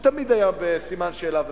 שתמיד היה בסימן שאלה ומוגבל.